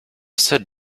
said